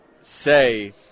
say